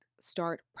start